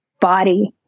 body